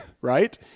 right